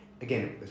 again